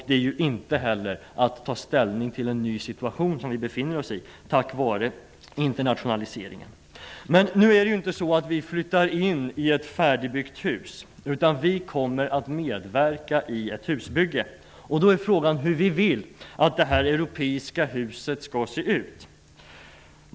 Det är ju inte heller att ta ställning till den nya situation som vi befinner oss i tack vare internationaliseringen. Nu är det ju inte så att vi flyttar in i ett färdigbyggt hus, utan vi kommer att medverka i ett husbygge. Då är frågan hur vi vill att det här europeiska huset skall se ut.